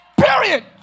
Period